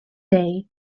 day